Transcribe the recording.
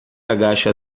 agacha